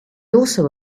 also